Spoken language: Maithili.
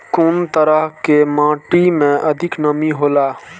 कुन तरह के माटी में अधिक नमी हौला?